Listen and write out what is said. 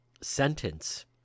sentence